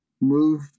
move